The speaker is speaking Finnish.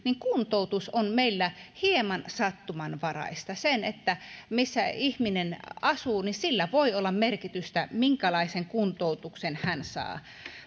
kuntoutus on hieman sattumanvaraista sillä missä ihminen asuu voi olla merkitystä sille minkälaisen kuntoutuksen hän saa